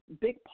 big